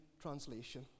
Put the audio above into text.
translation